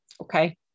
Okay